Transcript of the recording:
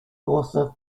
author